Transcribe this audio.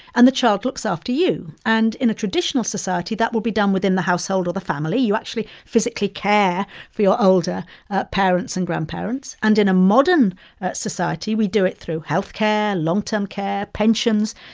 and the child looks after you. and in a traditional society, that would be done within the household of the family. you actually physically care for your older parents and grandparents. and in a modern society, we do it through health care, long-term care, pensions.